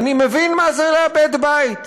אני מבין מה זה לאבד בית.